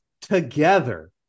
together